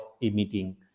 emitting